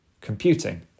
computing